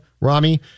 Rami